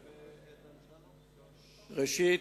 ראשית,